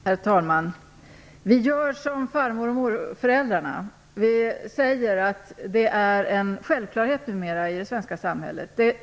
Herr talman! Vi gör som far och morföräldrarna - vi säger att detta numera är en självklarhet i det svenska samhället.